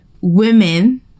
women